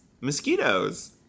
Mosquitoes